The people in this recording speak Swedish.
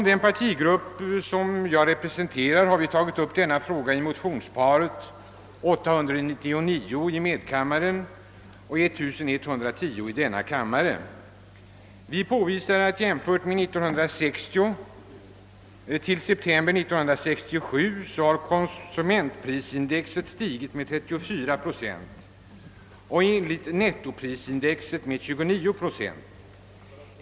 Den partigrupp som jag representerar har tagit upp denna fråga i motionsparet 1I:899 och II:1110. Vi påvisar att från 1960 till september 1967 har konsumentprisindex stigit med 34 pro cent och nettoprisindex med 29 procent.